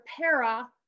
para